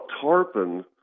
tarpon